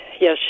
Yes